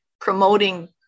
promoting